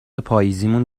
پاییزیمون